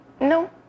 No